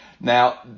Now